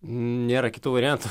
nėra kitų variantų